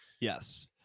Yes